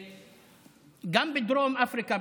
גם בדרום אפריקה,